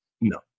No